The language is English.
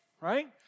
right